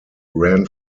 ran